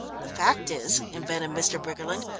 the fact is, invented mr. briggerland,